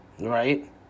right